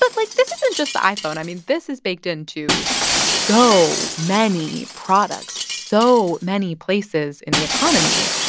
but like, this isn't just the iphone. i mean, this is baked into so many products, so many places in the economy.